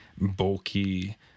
bulky